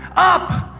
up!